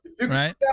Right